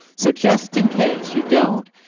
so just in case you don't,